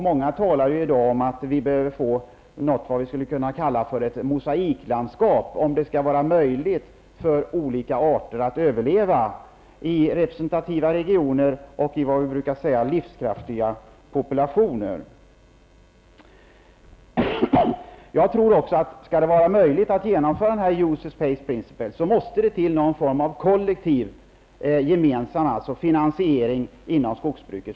Många talar om att vi behöver få vad som skulle kunna kallas för ett mosaiklandskap, om det skall vara möjligt för olika arter att överleva i representativa regioner och, som vi brukar säga, i livskraftiga populationer. Jag tror också att skall det vara möjligt att genomföra user-pays-principle måste det till någon form av kollektiv gemensam finansiering inom skogsbruket.